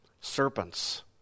serpents